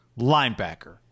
linebacker